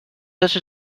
such